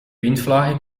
windvlagen